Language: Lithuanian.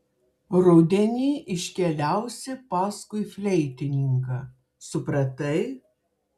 rudenį iškeliausi paskui fleitininką supratai